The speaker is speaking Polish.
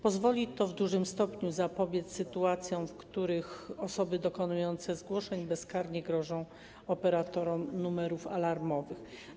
Pozwoli to w dużym stopniu zapobiec sytuacjom, w których osoby dokonujące zgłoszeń bezkarnie grożą operatorom numerów alarmowych.